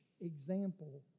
example